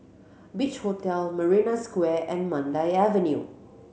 Beach Hotel Marina Square and Mandai Avenue